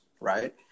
right